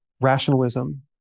rationalism